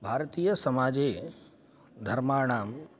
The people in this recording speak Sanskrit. भारतीयसमाजे धर्माणां